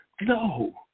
No